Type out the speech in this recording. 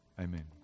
Amen